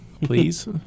please